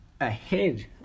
ahead